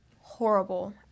horrible